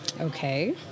okay